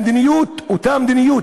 המדיניות אותה מדיניות.